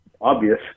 obvious